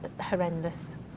horrendous